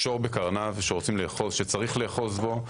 השור בקרניו שצריך לאחוז בו,